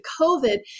COVID